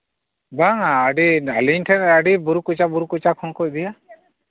ᱵᱟᱝ ᱟ ᱟᱹᱰᱤ ᱟᱹᱞᱤᱧ ᱴᱷᱮᱱ ᱟᱹᱰᱤ ᱵᱩᱨᱩ ᱠᱚᱪᱟ ᱵᱩᱨᱩ ᱠᱚᱪᱟᱸᱠᱷᱚᱱ ᱠᱚ ᱤᱫᱤᱭᱟ